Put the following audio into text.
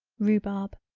rhubarb.